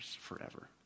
forever